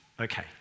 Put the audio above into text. okay